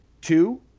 two